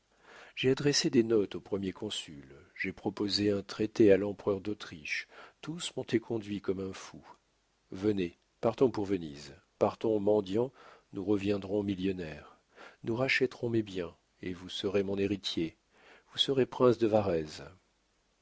j'ai adressé des notes au premier consul j'ai proposé un traité à l'empereur d'autriche tous m'ont éconduit comme un fou venez partons pour venise partons mendiants nous reviendrons millionnaires nous rachèterons mes biens et vous serez mon héritier vous serez prince de varese